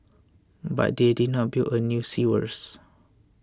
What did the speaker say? but they did not build a new sewers